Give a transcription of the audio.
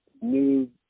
new